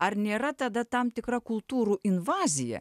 ar nėra tada tam tikra kultūrų invazija